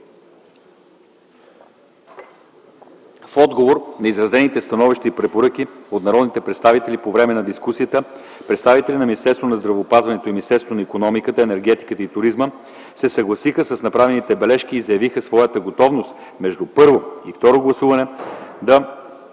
В отговор на изразените становища и препоръки от народните представители по време на дискусията представителите на Министерство на здравеопазването и Министерството на икономиката, енергетиката и туризма се съгласиха с направените бележки и заявиха своята готовност между първо и второ гласуване да